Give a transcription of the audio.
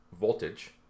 voltage